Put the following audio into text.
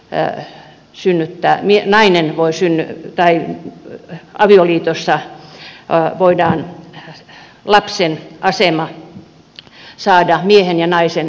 pää synnyttämien nainen voi sinne päivän ali oli avioliitossa voidaan lapsen asema saada miehen ja naisen välisessä liitossa